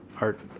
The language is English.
art